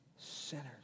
sinners